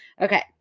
Okay